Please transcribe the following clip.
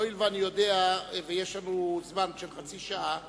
יש לנו זמן של חצי שעה,